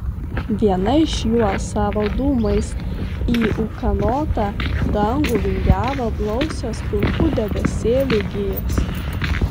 viena iš jų alsavo dūmais į ūkanotą dangų vingiavo blausios pilkų debesėlių gijos